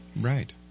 Right